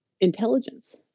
intelligence